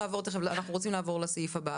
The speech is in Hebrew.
רוצים לעבור לסעיף הבא.